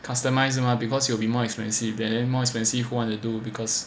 customize mah because it will be more expensive then more expensive want to do because